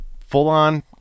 full-on